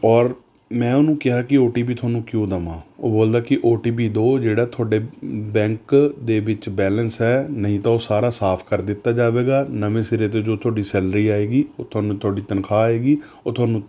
ਔਰ ਮੈਂ ਉਹਨੂੰ ਕਿਹਾ ਕਿ ਓ ਟੀ ਪੀ ਤੁਹਾਨੂੰ ਕਿਉਂ ਦੇਵਾਂ ਉਹ ਬੋਲਦਾ ਕਿ ਓ ਟੀ ਪੀ ਦਿਓ ਜਿਹੜਾ ਤੁਹਾਡੇ ਬੈਂਕ ਦੇ ਵਿੱਚ ਬੈਲੇਂਸ ਹੈ ਨਹੀਂ ਤਾਂ ਉਹ ਸਾਰਾ ਸਾਫ ਕਰ ਦਿੱਤਾ ਜਾਵੇਗਾ ਨਵੇਂ ਸਿਰੇ ਤੋਂ ਜੋ ਤੁਹਾਡੀ ਸੈਲਰੀ ਆਏਗੀ ਉਹ ਤੁਹਾਨੂੰ ਤੁਹਾਡੀ ਤਨਖਾਹ ਆਏਗੀ ਉਹ ਤੁਹਾਨੂੰ